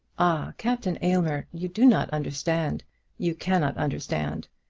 ah, captain aylmer! you do not understand you cannot understand.